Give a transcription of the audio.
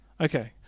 Okay